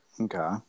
Okay